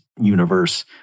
universe